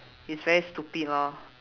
it's very stupid lor